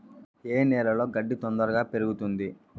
ఏ నేలలో గడ్డి తొందరగా పెరుగుతుంది